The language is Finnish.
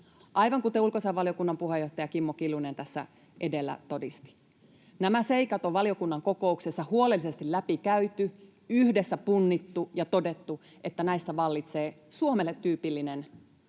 aivan kuten ulkoasiainvaliokunnan puheenjohtaja Kimmo Kiljunen tässä edellä todisti. Nämä seikat on valiokunnan kokouksessa huolellisesti läpikäyty, yhdessä punnittu ja todettu, että näissä vallitsee Suomelle tyypillinen